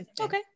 Okay